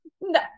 No